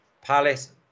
Palace